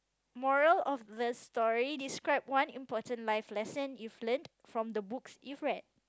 moral of the story describe one important life lesson you've learnt from the books you've read